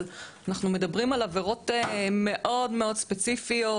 אבל, אנחנו מדברים על עבירות מאוד מאוד ספציפיות.